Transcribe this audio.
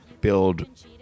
build